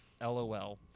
LOL